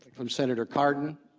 from senator carton